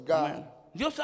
God